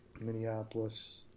Minneapolis